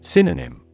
Synonym